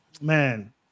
Man